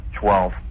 Twelve